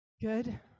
good